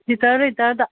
litre ꯂꯤꯇꯔꯗ